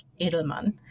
Edelman